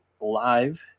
live